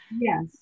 yes